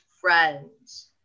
friends